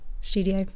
studio